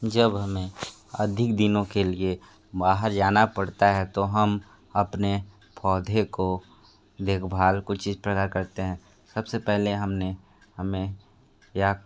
जब हमें अधिक दिनों के लिए बाहर जाना पड़ता है तो हम अपने पौधों की देखभाल कुछ इस तरह करते हैं सब से पहले हम ने हमें या